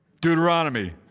Deuteronomy